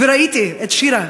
וראיתי את שירה,